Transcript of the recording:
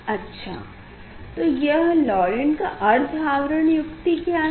अच्छा तो यह लॉंरेण्ट का अर्ध आवरण युक्ति क्या है